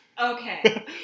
Okay